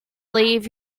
leave